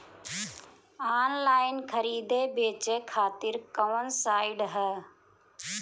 Online खरीदे बेचे खातिर कवन साइड ह?